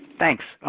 thanks.